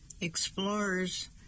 explorers